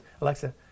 Alexa